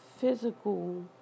physical